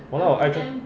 !walao! I can